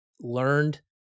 learned